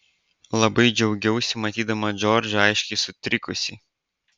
labai džiaugiausi matydama džordžą aiškiai sutrikusį